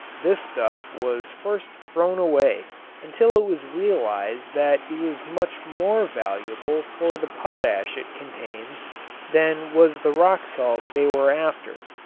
this stuff was first thrown away until it was realized that it was much more valuable for the potash it contains than was the rock salt they were after.